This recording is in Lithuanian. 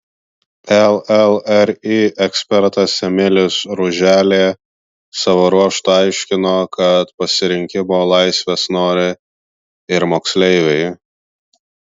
llri ekspertas emilis ruželė savo ruožtu aiškino kad pasirinkimo laivės nori ir moksleiviai